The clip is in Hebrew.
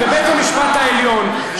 ובית המשפט העליון,